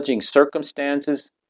circumstances